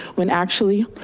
when actually,